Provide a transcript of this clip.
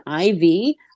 IV